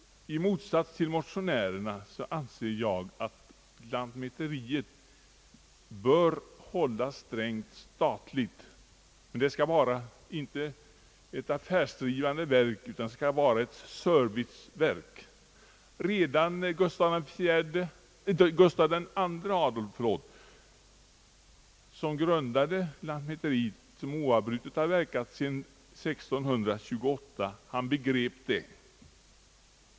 I motsats till motionärerna anser jag att lantmäteriet bör hållas strängt statligt. Det skall dock inte vara ett affärsdrivande verk utan ett serviceverk. Redan Gustav II Adolf, som grundade lantmäteriet vilket oavbrutet har verkat sedan år 1628, begrep det.